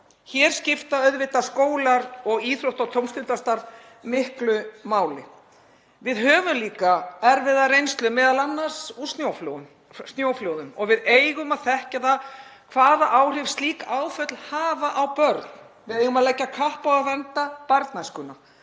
Hér skipta auðvitað skólar og íþrótta- og tómstundastarf miklu máli. Við höfum líka erfiða reynslu, m.a. úr snjóflóðum, og við eigum að þekkja það hvaða áhrif slík áföll hafa á börn. Við eigum að leggja kapp á að vernda barnæskuna.